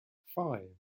five